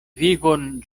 vivon